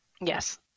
Yes